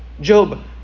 Job